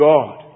God